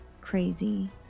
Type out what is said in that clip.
crazy